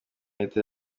leta